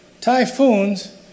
typhoons